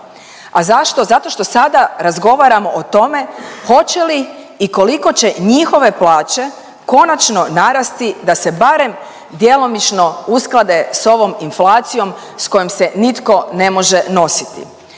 a zašto? Zato što sada razgovaramo o tome hoće li i koliko će njihove plaće konačno narasti da se barem djelomično usklade s ovom inflacijom s kojom se nitko ne može nositi.